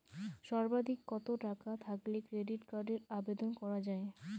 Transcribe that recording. সর্বাধিক কত টাকা থাকলে ক্রেডিট কার্ডের আবেদন করা য়ায়?